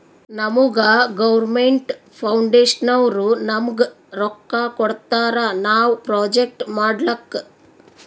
ನಮುಗಾ ಗೌರ್ಮೇಂಟ್ ಫೌಂಡೇಶನ್ನವ್ರು ನಮ್ಗ್ ರೊಕ್ಕಾ ಕೊಡ್ತಾರ ನಾವ್ ಪ್ರೊಜೆಕ್ಟ್ ಮಾಡ್ಲಕ್